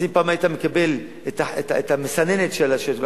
אז אם פעם היית מקבל את המסננת של הקונסוליה,